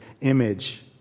image